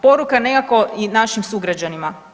Poruka nekako i našim sugrađanima.